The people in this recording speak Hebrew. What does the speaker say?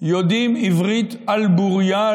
יודעים עברית על בוריה,